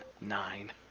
nine